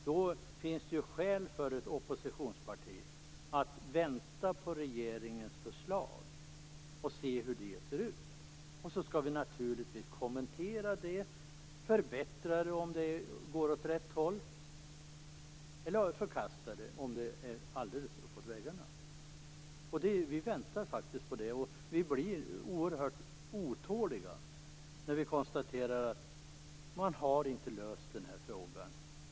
Då finns det skäl för ett oppositionsparti att vänta på regeringens förslag och se hur det ser ut. Sedan skall vi naturligtvis kommentera det, förbättra det om det går åt rätt håll och förkasta det om det är uppåt väggarna. Vi väntar på det, och vi blir oerhört otåliga när vi konstaterar att regeringen inte har löst frågan.